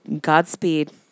Godspeed